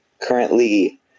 currently